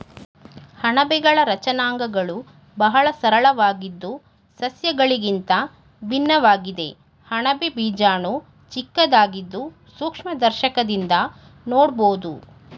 ಅಣಬೆಗಳ ರಚನಾಂಗಗಳು ಬಹಳ ಸರಳವಾಗಿದ್ದು ಸಸ್ಯಗಳಿಗಿಂತ ಭಿನ್ನವಾಗಿದೆ ಅಣಬೆ ಬೀಜಾಣು ಚಿಕ್ಕದಾಗಿದ್ದು ಸೂಕ್ಷ್ಮದರ್ಶಕದಿಂದ ನೋಡ್ಬೋದು